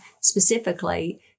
specifically